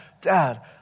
Dad